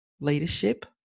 leadership